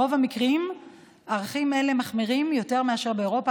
ברוב המקרים ערכים אלו מחמירים יותר מאשר באירופה,